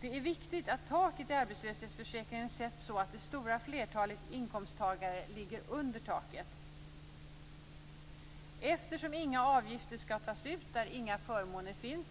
Det är viktigt att taket i arbetslöshetsförsäkringen sätts så att det stora flertalet inkomsttagare ligger under taket. Eftersom inga avgifter skall tas ut där inga förmåner finns